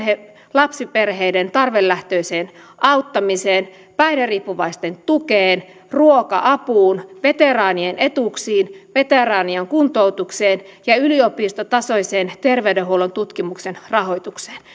lapsiperheiden tarvelähtöiseen auttamiseen päihderiippuvaisten tukeen ruoka apuun veteraanien etuuksiin veteraanien kuntoutukseen ja yliopistotasoiseen terveydenhuollon tutkimuksen rahoitukseen